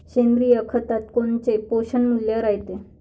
सेंद्रिय खतात कोनचे पोषनमूल्य रायते?